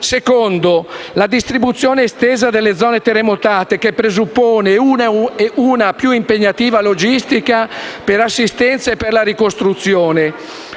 dato dalla distribuzione estesa delle zone terremotate, che presuppone una più impegnativa logistica per l'assistenza e la ricostruzione.